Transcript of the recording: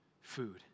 food